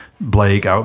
Blake